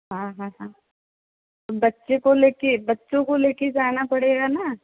हाँ हाँ हाँ तो बच्चे को लेकर बच्चों को लेकर जाना पड़ेगा ना